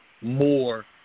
more